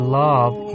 love